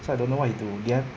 so I don't know what he do yet